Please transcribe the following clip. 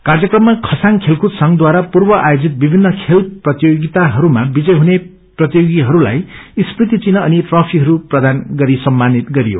कार्यक्रममा खरसाङ खेलकूद संघद्वारा पूर्व आयोजित विभिन् खेल प्रतियोगिताहरूमा विजय हुने प्रतियोगीहरूलाइ स्मृति चिन्ह अनि ट्रफीहरू प्रदान गरि सम्मानित गरियो